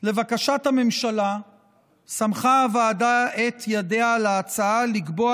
לבקשת הממשלה סמכה הוועדה את ידיה על ההצעה לקבוע